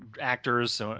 actors